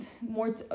more